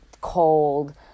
cold